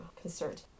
concerned